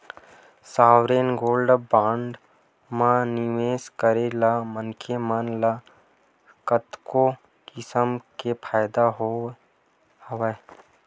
sovereign gold bond म निवेस करे ले मनखे मन ल कतको किसम के फायदा हवय